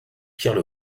pierre